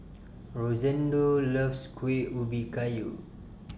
Rosendo loves Kuih Ubi Kayu